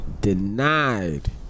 denied